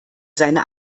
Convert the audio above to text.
seine